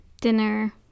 dinner